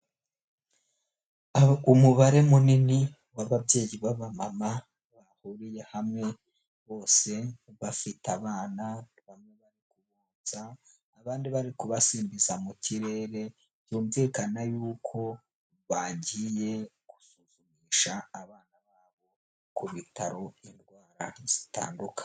Ku mubare munini w'ababyeyi b'aba mama bahuriye hamwe bose bafite abana baje kuvuza abandi bari kubasimbiza mu kirere byumvikana yuko bagiye gusuzumisha abana babo ku bitaro indwara zitandukanye.